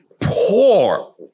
poor